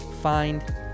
find